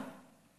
משפט סיכום.